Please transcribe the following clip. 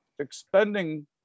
expending